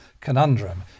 conundrum